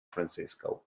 francisco